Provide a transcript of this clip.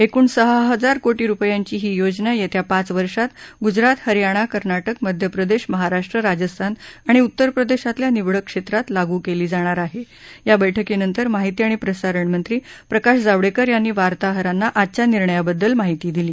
एकूण सहा हजार कोटी रुपयांची ही योजना येत्या पाच वर्षात ग्जरात हरयाणा कर्नाटक मध्यप्रेदश महाराष्ट्र राजस्थान आणि उत्तर प्रदेशातल्या निवडक क्षेत्रात लागू केली जाणार आहे या बैठकीनंतर माहिती आणि प्रसारण मंत्री प्रकाश जावडेकर यांनी वार्ताहरांना आजच्या निर्णयांबददल माहिती दिली